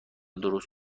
درست